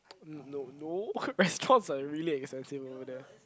no no no restaurants are really expensive over there